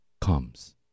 comes